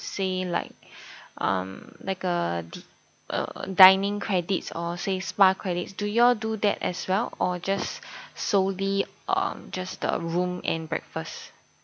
say like um like a the uh dining credits or say spa credits do you all do that as well or just solely um just the room and breakfast